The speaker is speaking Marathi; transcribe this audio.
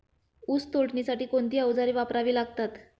ऊस तोडणीसाठी कोणती अवजारे वापरावी लागतात?